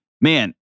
man